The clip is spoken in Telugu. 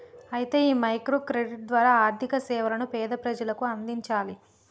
అయితే ఈ మైక్రో క్రెడిట్ ద్వారా ఆర్థిక సేవలను పేద ప్రజలకు అందించాలి